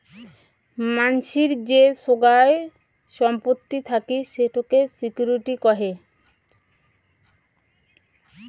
মানসির যে সোগায় সম্পত্তি থাকি সেটোকে সিকিউরিটি কহে